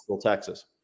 Texas